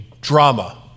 drama